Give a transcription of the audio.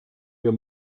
wir